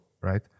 right